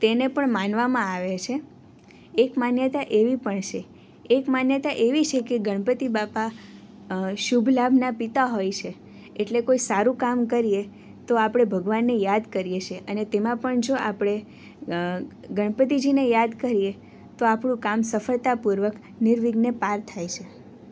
તેને પણ માનવામાં આવે છે એક માન્યતા એવી પણ છે એક માન્યતા એવી છે કે ગણપતિ બાપા શુભ લાભના પિતા હોય છે એટલે કોઈ સારું કામ કરીએ તો આપણે ભગવાનને યાદ કરીએ છીએ અને તેમાં પણ જો આપણે ગણપતિજીને યાદ કરીએ તો આપણું કામ સફળતાપૂર્વક નિર્વિઘ્ને પર પાર થાય છે